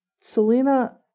Selena